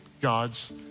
God's